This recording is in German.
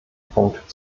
punkt